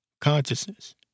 consciousness